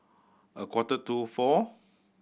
a quarter to four